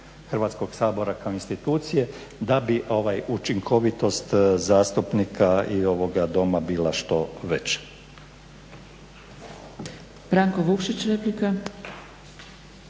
Hrvatskog sabora kao institucije da bi učinkovitost zastupnika i ovoga Doma bila što veća. **Zgrebec, Dragica